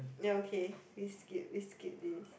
ya okay we skip we skip this